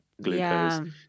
glucose